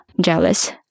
jealous